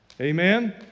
Amen